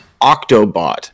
Octobot